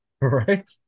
Right